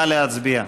נא להצביע,